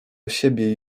siebie